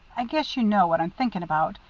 i guess you know what i'm thinking about.